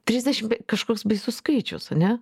trisdešimt kažkoks baisus skaičius ar ne